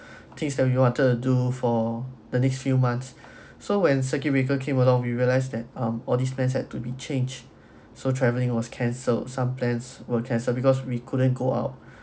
things that we wanted to do for the next few months so when circuit breaker came along we realize that um all these plan had to be changed so travelling was cancelled some plans were cancelled because we couldn't go out